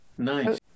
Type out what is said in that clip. nice